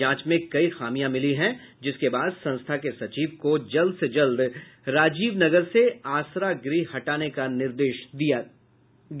जांच में कई खामियां मिली है जिसके बाद संस्था के सचिव को जल्द से जल्द राजीवनगर से आसरा गृह हटाने का निर्देश दिया गया